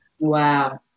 Wow